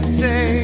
say